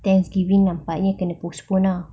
thanksgiving nampaknya kena postpone ah